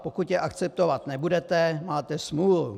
Pokud je akceptovat nebudete, máte smůlu.